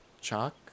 Chalk